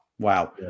Wow